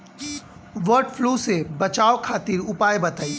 वड फ्लू से बचाव खातिर उपाय बताई?